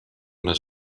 les